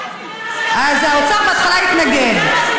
למה זה לא קרה ביום ראשון?